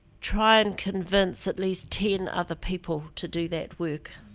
try and convince at least ten other people to do that work